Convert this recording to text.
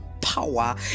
power